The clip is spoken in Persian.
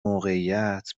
موقعیت